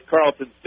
Carlton